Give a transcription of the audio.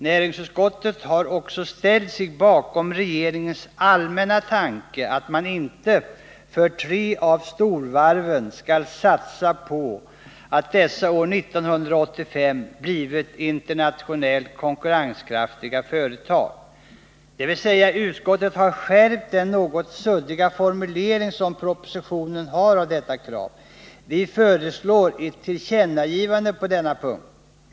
Näringsutskottet har ställt sig bakom regeringens allmänna tanke att man för tre av storvarven skall satsa på att dessa år 1985 blivit internationellt konkurrenskraftiga företag, dvs. utskottet har skärpt den något suddiga formulering som propositionen har av detta krav. Vi föreslår ett tillkännagivande på denna punkt.